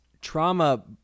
trauma